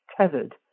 tethered